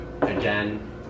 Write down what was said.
again